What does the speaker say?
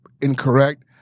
incorrect